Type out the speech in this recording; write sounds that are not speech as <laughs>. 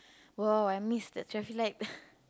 !wow! I miss the traffic light <laughs>